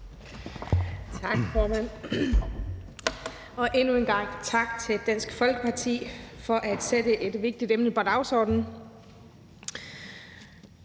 Tak, formand, og endnu en gang tak til Dansk Folkeparti for at sætte et vigtigt emne på dagsordenen.